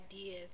ideas